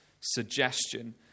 suggestion